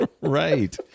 Right